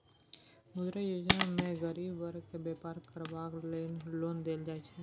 मुद्रा योजना मे गरीब बर्ग केँ बेपार करबाक लेल लोन देल जाइ छै